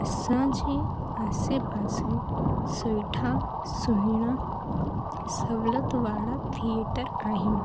असांजे आसे पासे सुठा सुहिणा सहूलियत वारा थिएटर आहिनि